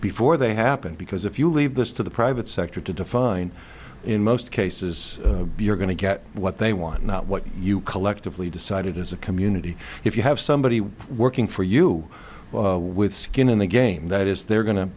before they happen because if you leave this to the private sector to define in most cases you're going to get what they want not what you collectively decided as a community if you have somebody working for you with skin in the game that is they're go